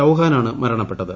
ചൌഹാനാണ് മരണപ്പെട്ടത്